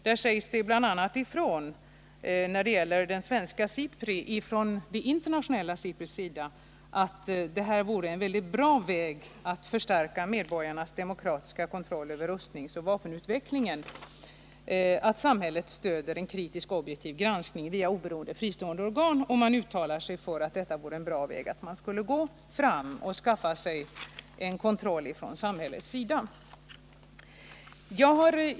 När det gäller bl.a. ett svenskt SIPRI säger man ifrån det internationella SIPRI:s sida att en mycket bra väg att förstärka medborgarnas demokratiska kontroll över rustningsoch vapenutvecklingen vore att samhället stödjer en kritisk och objektiv granskning via oberoende och fristående organ, och man uttalar sig för att detta är en bra väg för att skaffa sig kontroll från samhällets sida.